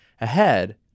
ahead